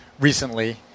recently